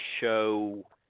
show